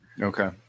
Okay